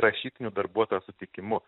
rašytiniu darbuotojo sutikimu